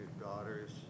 daughter's